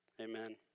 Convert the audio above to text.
Amen